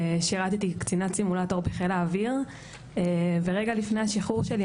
שירתתי כקצינת סימולטור בחיל האוויר ורגע לפני השחרור שלי,